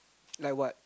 like what